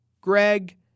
Greg